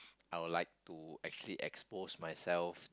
I would like to actually expose myself